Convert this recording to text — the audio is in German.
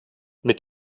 mit